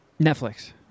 Netflix